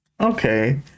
Okay